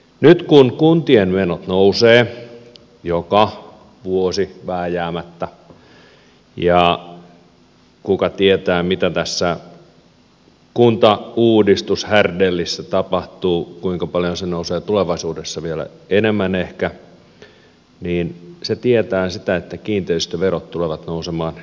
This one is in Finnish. nyt kun kuntien menot nousevat joka vuosi vääjäämättä ja kuka tietää mitä tässä kuntauudistushärdellissä tapahtuu kuinka paljon enemmän ne ehkä nousevat tulevaisuudessa vielä niin se tietää sitä että kiinteistöverot tulevat nousemaan entisestään